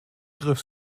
griff